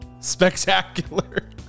spectacular